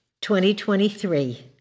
2023